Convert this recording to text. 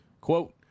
Quote